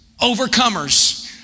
overcomers